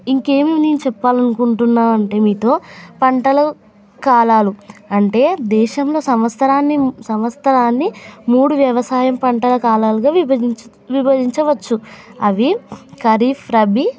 ఇంకేమీ నేను చెప్పాలి అనుకుంటున్నాను అంటే మీతో పంటలలో కాలాలు అంటే దేశంలో సంవత్సరాన్ని సంవత్సరాన్ని మూడు వ్యవసాయం పంటల కాలాలుగా విభజించ విభజించవచ్చు అవి ఖరీఫ్ రబీ